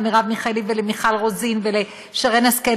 למרב מיכאלי ולמיכל רוזין ולשרן השכל,